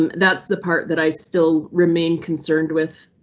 um that's the part that i still remain concerned with.